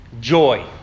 joy